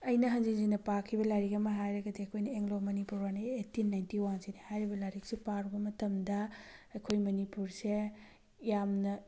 ꯑꯩꯅ ꯍꯟꯖꯤꯟ ꯍꯟꯖꯤꯟꯅ ꯄꯥꯈꯤꯕ ꯂꯥꯏꯔꯤꯛ ꯑꯃ ꯍꯥꯏꯔꯒꯗꯤ ꯑꯩꯈꯣꯏꯅ ꯑꯦꯡꯒ꯭ꯂꯣ ꯃꯅꯤꯄꯨꯔ ꯋꯥꯔꯅꯤ ꯑꯦꯠꯇꯤꯟ ꯅꯥꯏꯟꯇꯤ ꯋꯥꯟꯁꯤꯅꯤ ꯍꯥꯏꯔꯤꯕ ꯂꯥꯏꯔꯤꯛꯁꯤ ꯄꯥꯔꯨꯕ ꯃꯇꯝꯗ ꯑꯩꯈꯣꯏ ꯃꯅꯤꯄꯨꯔꯁꯦ ꯌꯥꯝꯅ